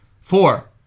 Four